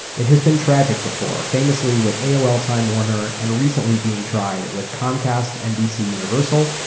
it has been tragic before, famously with aol-time warner and recently being tried with comcast, nbcuniversal,